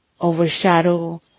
overshadow